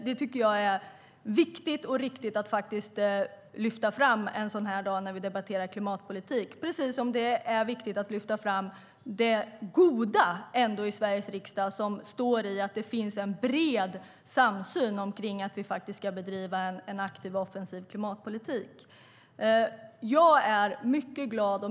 Detta tycker jag är viktigt och riktigt att lyfta fram en sådan här dag när vi debatterar klimatpolitik, precis som det är viktigt att lyfta fram det goda som består i att det finns en bred samsyn i Sveriges riksdag om att vi ska bedriva en aktiv och offensiv klimatpolitik.